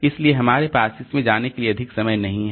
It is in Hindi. इसलिए हमारे पास इसमें जाने के लिए अधिक समय नहीं है